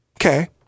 okay